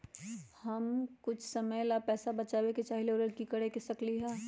हम कुछ समय ला पैसा बचाबे के चाहईले ओकरा ला की कर सकली ह?